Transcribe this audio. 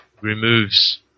removes